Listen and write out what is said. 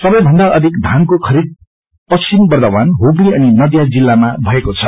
सबैभन्दा अधिक धानको खरीद पश्चिम बंद्ववान हुगली अनि नदिया जिल्लामा भएको छ